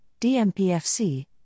DMPFC